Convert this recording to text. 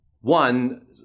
One